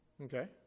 Okay